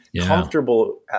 comfortable